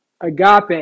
agape